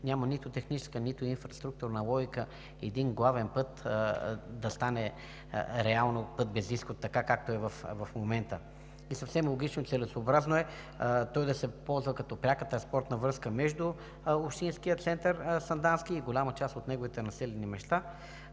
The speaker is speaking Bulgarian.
няма нито техническа, нито инфраструктурна логика един главен път да стане реално път без изход, както е в момента. И съвсем логично и целесъобразно е той да се ползва като пряката спортна връзка между общинския център Сандански и голяма част от неговите населени места.